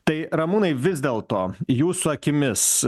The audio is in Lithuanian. tai ramūnai vis dėlto jūsų akimis